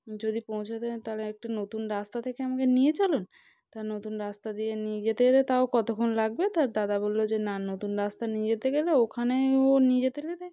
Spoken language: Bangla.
যদি পৌঁছে দেন তাহলে একটু নতুন রাস্তা থেকে আমাকে নিয়ে চলুন তা নতুন রাস্তা দিয়ে নিয়ে যেতে যেতে তাও কতক্ষণ লাগবে তা দাদা বলল যে না নতুন রাস্তা নিয়ে যেতে গেলে ওখানেও নিয়ে যেতে যেতে